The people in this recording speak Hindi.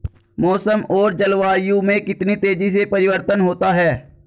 मौसम और जलवायु में कितनी तेजी से परिवर्तन होता है?